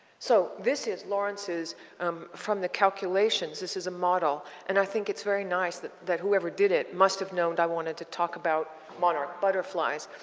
so this is lawrence's um from the calculations this is a model. and i think it's very nice that that whoever did it must've known i wanted to talk about monarch butterflies.